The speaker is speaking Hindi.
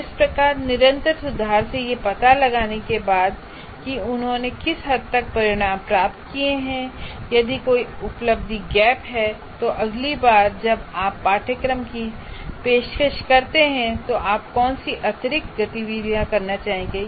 इस प्रकार निरंतर सुधार से यह पता लगाने के बाद कि उन्होंने किस हद तक परिणाम प्राप्त किए हैं यदि कोई उपलब्धि गैप है तो अगली बार जब आप पाठ्यक्रम की पेशकश करते हैं तो आप कौन सी अतिरिक्त गतिविधियां करना चाहेंगे